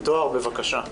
טוהר, בבקשה.